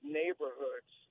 neighborhoods